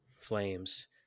flames